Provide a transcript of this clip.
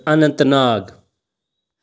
Anant Nag